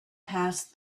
passed